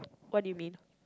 what do you mean